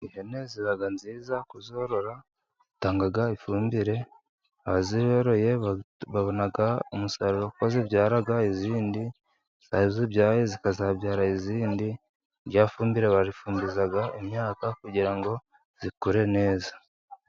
Ihene ziba nziza kuzorora, zitanga ifumbire, abazoroye babona umusaruro kuko zibyara izindi, n'izo zibyaye zikazabyara izindi, rya fumbire barifumbiza imyaka kugira ngo ikure neza.